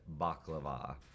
baklava